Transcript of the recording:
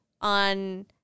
on